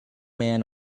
man